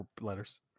letters